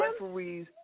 referees